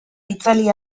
itzali